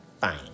fine